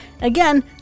Again